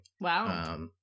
Wow